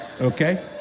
Okay